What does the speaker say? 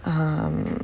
um